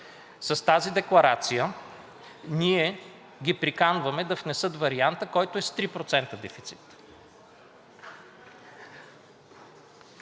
С тази декларация ние ги приканваме да внесат варианта, който е с 3% дефицит.